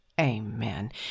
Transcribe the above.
amen